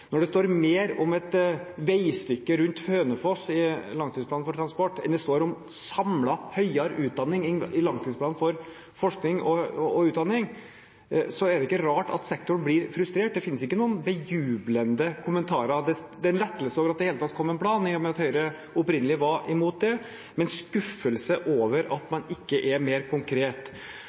Når det står mer om et veistykke rundt Hønefoss i langtidsplanen for transport enn det står om samlet høyere utdanning i langtidsplanen for forskning og høyere utdanning, så er det ikke rart at sektoren blir frustrert. Det finnes ikke noen «bejublende» kommentarer – det er en lettelse over at det i det hele tatt kom en plan, i og med at Høyre opprinnelig var imot det, men skuffelse over at man ikke er mer konkret.